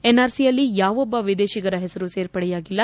ಎನ್ಆರ್ಸಿಯಲ್ಲಿ ಯಾವೊಬ್ಲ ವಿದೇಶಿಗರ ಹೆಸರು ಸೇರ್ಪಡೆಯಾಗಿಲ್ಲ